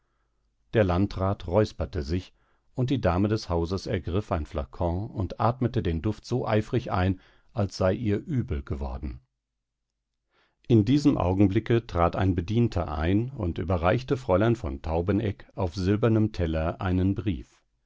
der landrat räusperte sich und die dame des hauses ergriff ein flacon und atmete den duft so eifrig ein als sei ihr übel geworden in diesem augenblicke trat ein bedienter ein und überreichte fräulein von taubeneck auf silbernem teller einen brief